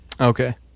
Okay